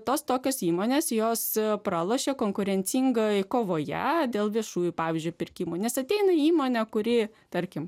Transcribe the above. tos tokios įmonės jos pralošė konkurencingoje kovoje dėl viešųjų pavyzdžiui pirkimų nes ateina įmonė kuri tarkim